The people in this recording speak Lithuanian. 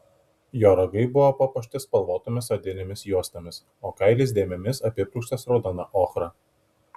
jo ragai buvo papuošti spalvotomis odinėmis juostomis o kailis dėmėmis apipurkštas raudona ochra